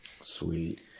Sweet